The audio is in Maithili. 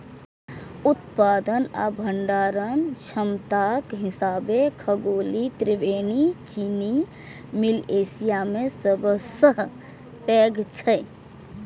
उत्पादन आ भंडारण क्षमताक हिसाबें खतौली त्रिवेणी चीनी मिल एशिया मे सबसं पैघ छै